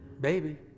Baby